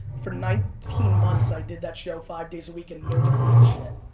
for nineteen months i did that show five days a week, and nobody gave a shit.